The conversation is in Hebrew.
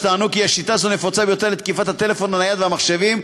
שטענו כי שיטה זו נפוצה ביותר לתקיפת הטלפון הנייד והמחשבים,